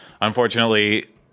unfortunately